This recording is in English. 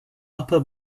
upper